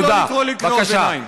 אני מבקש לא לקרוא לי קריאות ביניים.